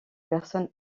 personnes